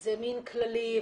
זה מין כללי,